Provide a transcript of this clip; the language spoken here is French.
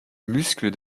muscle